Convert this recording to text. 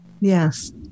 Yes